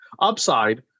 upside